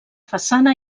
façana